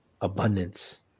abundance